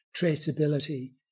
traceability